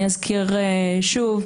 אזכיר שוב,